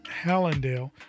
Hallandale